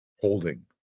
holding